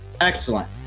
Excellent